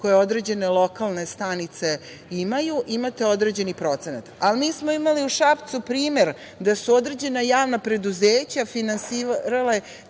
koje određene lokalne stanice imaju, imate određeni procenat, ali nismo imali u Šapcu primer da su određena javna preduzeća finansirale